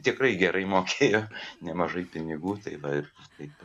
tikrai gerai mokėjo nemažai pinigų tai va taip